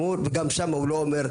וגם שם הוא לא אומר,